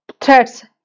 threats